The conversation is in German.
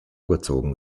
gezogen